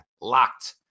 locked